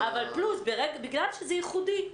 בגלל שזה ייחודי.